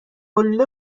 آلوده